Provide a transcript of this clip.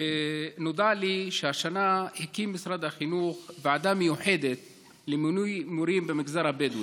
נודע לי שהשנה הקים משרד החינוך ועדה מיוחדת למינוי מורים במגזר הבדואי,